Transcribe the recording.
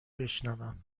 بشنوم